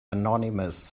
anonymous